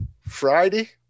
Friday